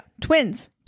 twins